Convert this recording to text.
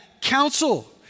counsel